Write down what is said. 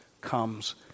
comes